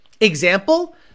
example